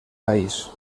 país